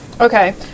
Okay